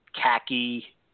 khaki